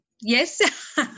yes